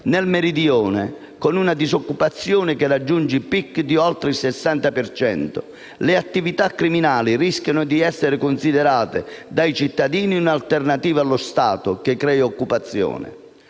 Nel Meridione, con una disoccupazione che raggiunge picchi di oltre il 60 per cento, le attività criminali rischiano di essere considerate dai cittadini un'alternativa allo Stato che crea occupazione.